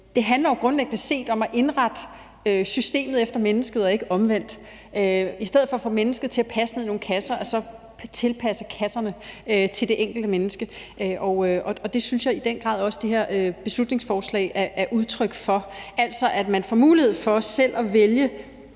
Det handler jo grundlæggende set om at indrette systemet efter mennesket og ikke omvendt, altså i stedet for at få mennesket til at passe ned i nogle kasser så at tilpasse kasserne til det enkelte menneske, og det synes jeg i den grad også det her beslutningsforslag er et udtryk for, altså at man får en mulighed for selv at vælge